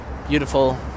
Beautiful